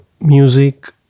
music